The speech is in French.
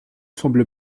semble